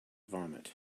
vomit